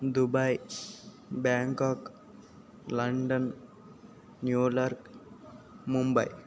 Dubai Bangkok London New York Mumbai